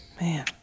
Man